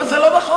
אבל זה לא נכון,